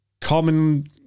common